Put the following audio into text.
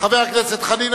חבר הכנסת חנין,